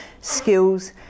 skills